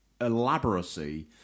elaboracy